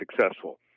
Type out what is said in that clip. successful